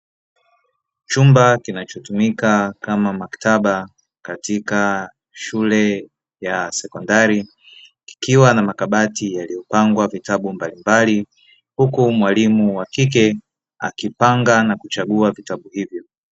Chumba kinachotumika kama maktaba katika shule ya sekondari kikiwa na makabati yaliyopangwa vitabu mbalimbali. huku mwalimu wa kike akipanga na kuchagua vitabu hivyo.